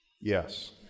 Yes